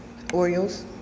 Oreos